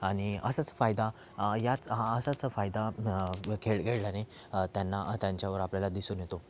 आणि असंच फायदा याच असाच फायदा आपल्याला खेळल्याने त्यांना त्यांच्यावर आपल्याला दिसून येतो